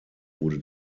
wurde